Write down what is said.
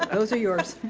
those are yours.